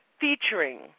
featuring